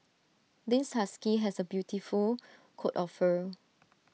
this husky has A beautiful coat of fur